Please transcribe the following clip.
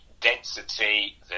density